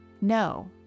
no